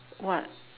what